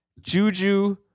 Juju